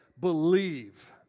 Believe